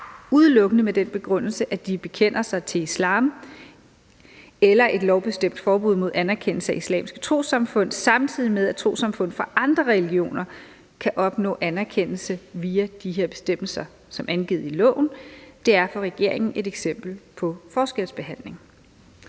udelukkende med den begrundelse, at de bekender sig til islam, eller et lovbestemt forbud mod anerkendelse af islamiske trossamfund, samtidig med at trossamfund fra andre religioner kan opnå anerkendelse via de her bestemmelser som angivet i loven, er for regeringen et eksempel på forskelsbehandling.